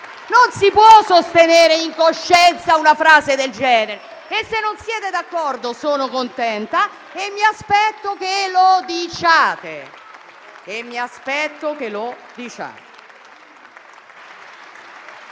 Non si può sostenere in coscienza una frase del genere. E se non siete d'accordo, sono contenta e mi aspetto che lo diciate. Mi aspetto che lo diciate,